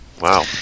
Wow